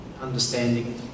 understanding